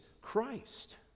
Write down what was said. Christ